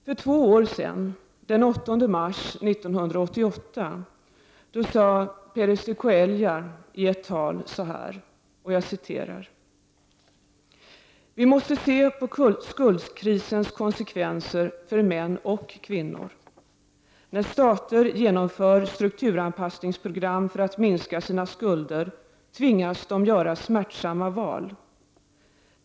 För två år sedan, den 8 mars 1988, sade Perez de Cuellar i ett tal ”vi måste se på skuldkrisens konsekvenser för män och kvinnor. När stater genomför strukturanpassningsprogram för att minska sina skulder tvingas de göra smärtsamma val.